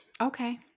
Okay